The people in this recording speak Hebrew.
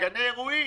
בגני אירועים.